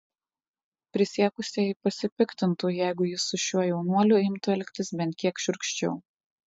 prisiekusieji pasipiktintų jeigu jis su šiuo jaunuoliu imtų elgtis bent kiek šiurkščiau